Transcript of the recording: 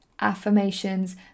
affirmations